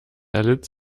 erlitt